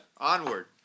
onward